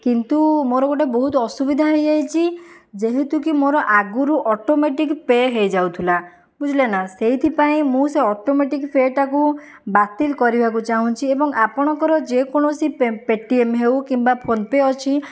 କିନ୍ତୁ ମୋର ଗୋଟିଏ ବହୁତ ଅସୁବିଧା ହୋଇଯାଇଛି ଯେହେତୁକି ମୋର ଆଗରୁ ଅଟୋମେଟିକ ପେ ହୋଇଯାଉଥିଲା ବୁଝିଲେନା ସେଇଥିପାଇଁ ମୁଁ ସେ ଅଟୋମେଟିକ ପେଟାକୁ ବାତିଲ କରିବାକୁ ଚାହୁଁଛି ଏବଂ ଆପଣଙ୍କର ଯେକୌଣସି ପେପେଟିଏମ ହେଉ କିମ୍ବା ଫୋନ ପେ ଅଛି